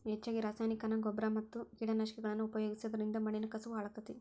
ಹೆಚ್ಚಗಿ ರಾಸಾಯನಿಕನ ಗೊಬ್ಬರ ಮತ್ತ ಕೇಟನಾಶಕಗಳನ್ನ ಉಪಯೋಗಿಸೋದರಿಂದ ಮಣ್ಣಿನ ಕಸವು ಹಾಳಾಗ್ತೇತಿ